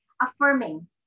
affirming